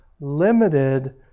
limited